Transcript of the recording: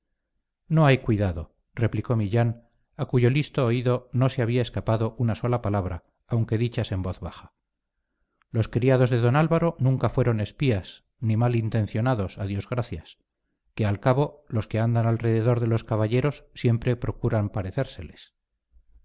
no hay cuidado replicó millán a cuyo listo oído no se había escapado una sola palabra aunque dichas en voz baja los criados de don álvaro nunca fueron espías ni mal intencionados a dios gracias que al cabo los que andan alrededor de los caballeros siempre procuran parecérseles